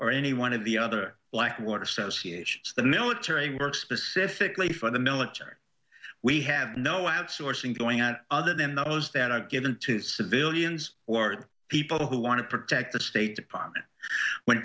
or any one of the other blackwater so c h the military work specifically for the military we have no outsourcing going at other than those that are given to civilians or people who want to protect the state department when